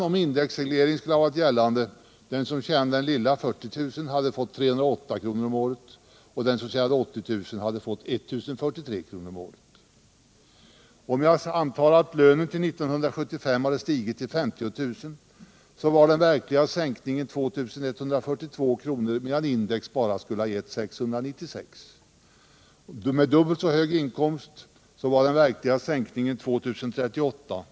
Om indexreglering tilllämpats hade den som tjänade 40 000 kr. fått en sänkning med 308 kr., Om jag antar att lönen till 1975 hade stigit till 50 000 kr. skulle den verkliga skattesänkningen ha varit 2 142 kr. medan indexreglerad skatt bara skulle ha gett en minskning med 696 kr. Med dubbelt så hög inkomst var den verkliga sänkningen 2 038 kr.